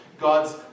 God's